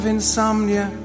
insomnia